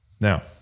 Now